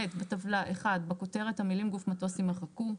(ב) בטבלה - (1) בכותרת המילים "גוף מטוס" - יימחקו.